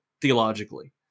theologically